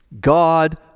God